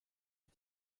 die